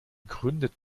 gründet